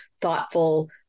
thoughtful